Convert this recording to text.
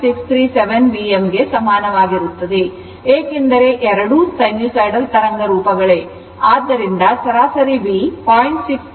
637Vm ಗೆ ಸಮಾನವಾಗಿರುತ್ತದೆ ಏಕೆಂದರೆ ಎರಡೂ ಸೈನುಸೈಡಲ್ ತರಂಗರೂಪ ಆದ್ದರಿಂದ ಸರಾಸರಿ V 0